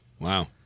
Wow